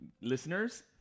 listeners